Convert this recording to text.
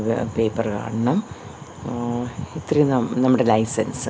paper കാണണം ഇത്രയും നം നമ്മുടെ ലൈസൻസ്